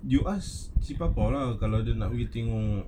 you ask si bapa lah kalau dia nak pergi tengok